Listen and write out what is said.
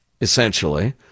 Essentially